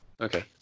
Okay